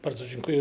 Bardzo dziękuję.